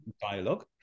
dialogue